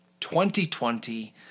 2020